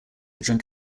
drink